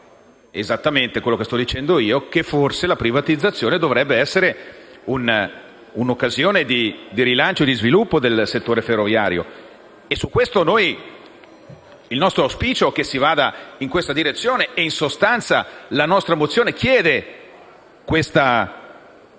esattamente quello che sto dicendo io, cioè che forse la privatizzazione dovrebbe essere un'occasione di rilancio e di sviluppo del settore ferroviario. A tale proposito il nostro auspicio è che si vada in questa direzione e, in sostanza, la nostra mozione contiene questo